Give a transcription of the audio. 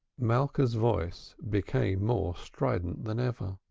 malka's voice became more strident than ever.